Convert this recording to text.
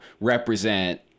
represent